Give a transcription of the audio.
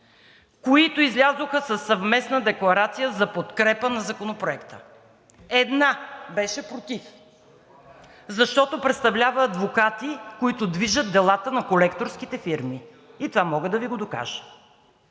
които излязоха, със съвместна декларация за подкрепа на Законопроекта. Една беше против, защото представлява адвокати, които движат делата на колекторските фирми, и това мога да Ви го докажа.